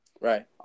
Right